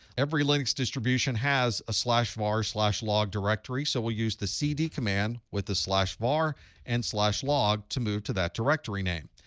every linux distribution has a slash var slash var directory, so we'll use the cd command with the slash var and slash log to move to that directory name.